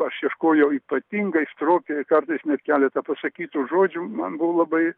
aš ieškojau ypatingai stropiai kartais net keletą pasakytų žodžių man buvo labai